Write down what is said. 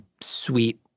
sweet